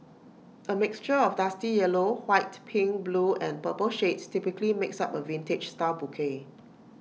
A mixture of dusty yellow white pink blue and purple shades typically makes up A vintage style bouquet